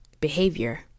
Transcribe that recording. behavior